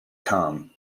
come